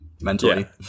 mentally